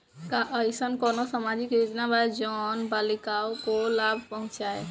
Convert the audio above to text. का अइसन कोनो सामाजिक योजना बा जोन बालिकाओं को लाभ पहुँचाए?